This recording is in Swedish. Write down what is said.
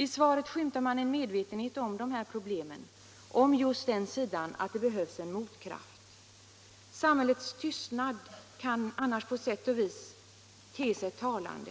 I svaret skymtar man en medvetenhet om de här problemen, om just den sidan att det behövs en motkraft. Samhällets tystnad kan annars på sätt och vis te sig talande.